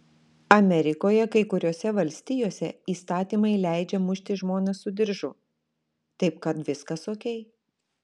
amerikoje kai kuriose valstijose įstatymai leidžia mušti žmoną su diržu taip kad viskas okei